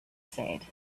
said